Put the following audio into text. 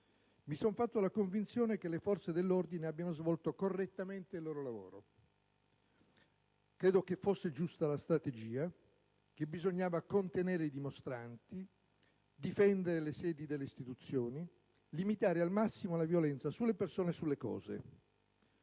ho maturato la convinzione che le forze dell'ordine abbiano svolto correttamente il loro lavoro. Credo che fosse giusta la strategia: bisognava contenere i dimostranti, difendere le sedi delle Istituzioni, limitare al massimo la violenza sulle persone e sulle cose.